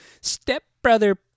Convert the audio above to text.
stepbrother